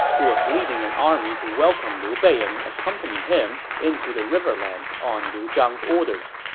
who was leading an army to welcome liu bei and accompany him into the riverlands on liu zhang's orders.